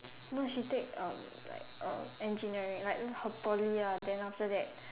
no she take uh like uh engineering like her Poly year ah then after that